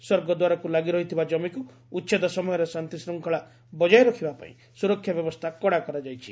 ସ୍ୱର୍ଗଦ୍ୱାରକୁ ଲାଗି ରହିଥିବା ଜମିକୁ ଉଛେଦ ସମୟରେ ଶାନ୍ତିଶୃଙ୍ଖଳା ବଜାୟ ରଖିବା ପାଇଁ ସୁରକ୍ଷା ବ୍ୟବସ୍ଗା କଡା କରାଯାଇଛି